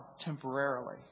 temporarily